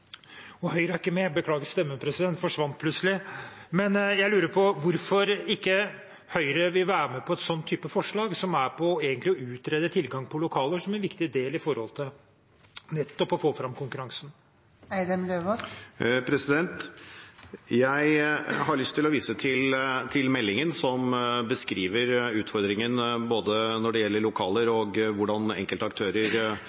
Høyre er ikke med. Jeg lurer på hvorfor Høyre ikke vil være med på et slikt forslag, som egentlig gjelder å utrede tilgang på lokaler, som er en viktig del når det gjelder å få fram konkurranse. Jeg har lyst til å vise til meldingen, som beskriver utfordringen når det gjelder både lokaler